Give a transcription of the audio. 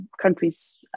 countries